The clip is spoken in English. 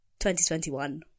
2021